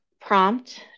prompt